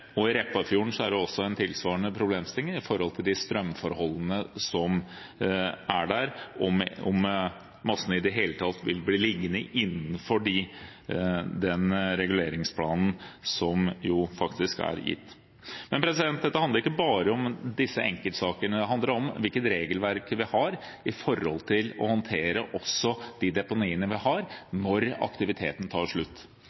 varig. I Repparfjorden er det tilsvarende en problemstilling med strømforholdene som er der, om massene i det hele tatt vil bli liggende innenfor den reguleringsplanen som faktisk er lagt. Dette handler ikke bare om disse enkeltsakene. Det handler også om hvilket regelverk vi har for å håndtere de deponiene vi har, når aktiviteten tar slutt.